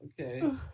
Okay